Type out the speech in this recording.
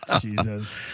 Jesus